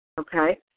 Okay